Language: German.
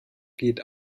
geht